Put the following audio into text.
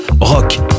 Rock